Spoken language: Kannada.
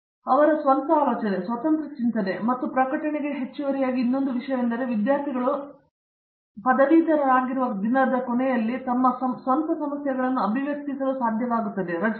ನಿರ್ಮಲ ಅವರ ಸ್ವಂತ ಆಲೋಚನೆ ಸ್ವತಂತ್ರ ಚಿಂತನೆ ಮತ್ತು ಈ ದಿನಗಳಲ್ಲಿ ಪ್ರಕಟಣೆಗೆ ಹೆಚ್ಚುವರಿಯಾಗಿ ಇನ್ನೊಂದು ವಿಷಯವೆಂದರೆ ವಿದ್ಯಾರ್ಥಿಗಳು ಪದವೀಧರರಾಗಿರುವ ದಿನದ ಕೊನೆಯಲ್ಲಿ ತಮ್ಮ ಸಮಸ್ಯೆಗಳನ್ನು ಅಭಿವ್ಯಕ್ತಿಸಲು ಸಾಧ್ಯವಾಗುತ್ತದೆ ರಚಿಸಿ